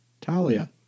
Talia